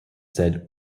said